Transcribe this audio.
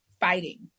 fighting